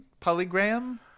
polygram